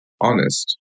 honest